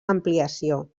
ampliació